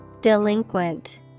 Delinquent